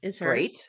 Great